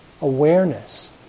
awareness